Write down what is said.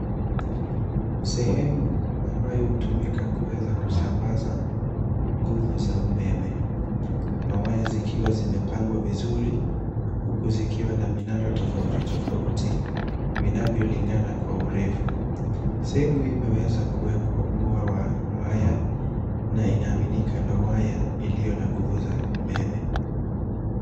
Sehemu ambayo hutumika kuweza kusambaza nguvu za umeme. Mawaya zikiwa zimepangwa vizuri huku zikiwa na minara tofauti, tofauti, vinavyolingana kwa urefu. Sehemu hii imeweza kuwekwa ua wa waya na inaaminika ni waya iliyo na nguvu za umeme.